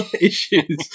issues